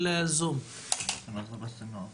תודה רבה לך אדוני היושב ראש על ההזמנה ועל